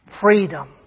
freedom